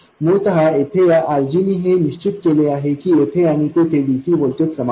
मूलत येथे या RG ने हे निश्चित केले आहे की येथे आणि तेथे dc व्होल्टेज समान आहेत